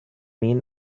men